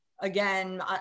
again